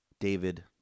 David